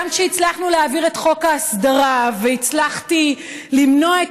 גם כשהצלחנו להעביר את חוק ההסדרה והצלחתי למנוע את